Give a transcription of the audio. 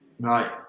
Right